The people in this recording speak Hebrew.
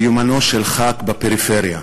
מיומנו של ח"כ בפריפריה.